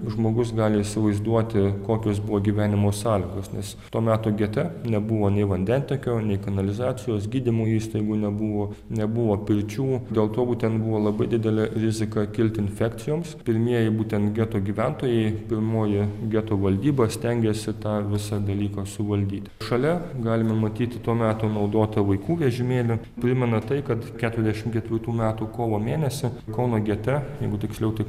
žmogus gali įsivaizduoti kokios buvo gyvenimo sąlygos nes to meto gete nebuvo nei vandentiekio nei kanalizacijos gydymo įstaigų nebuvo nebuvo pirčių dėl to būtent buvo labai didelė rizika kilti infekcijoms pirmieji būtent geto gyventojai pirmoji geto valdyba stengėsi tą visą dalyką suvaldyti šalia galime matyti to meto naudotą vaikų vežimėlį primena tai kad keturiasdešimt ketvirtų metų kovo mėnesį kauno gete jeigu tiksliau tai